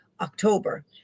October